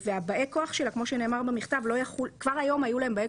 ובאי הכוח שלה כמו שנאמר במכתב כבר היום היו להם באי